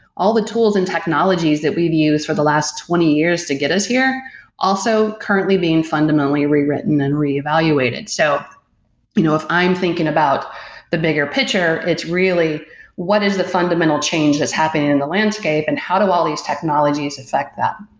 all the tools and technologies that we've used for the last twenty years to get us here also currently being fundamentally rewritten and reevaluated. so you know if i am thinking about the bigger picture, it's really what is the fundamental change that's happened in the landscape and how do all these technologies affect that?